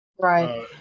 Right